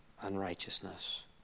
unrighteousness